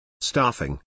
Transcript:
staffing